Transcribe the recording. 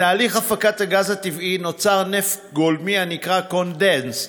בתהליך הפקת הגז הטבעי נוצר נפט גולמי הנקרא קונדנסט,